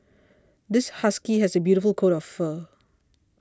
this husky has a beautiful coat of fur